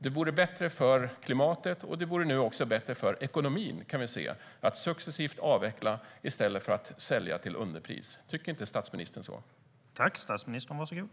Det vore bättre för klimatet, och nu kan vi se att det också vore bättre för ekonomin, att successivt avveckla i stället för att sälja till underpris. Tycker inte statsministern det?